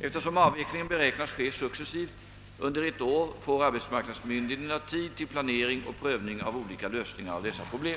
Eftersom avvecklingen beräknas ske successivt under ett år får arbetsmarknadsmyndigheterna tid till planering och prövning av olika lösningar av dessa problem.